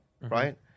right